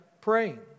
praying